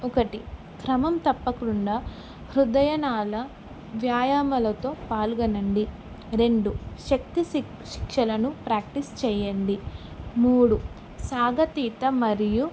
ఒకటి క్రమం తప్పకుండా హృదయనాళ వ్యాయామాలతో పాల్గొనండి రెండు శక్తి శిక్షణలను ప్రాక్టీస్ చేయండి మూడు సాగతీత మరియు